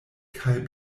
kaj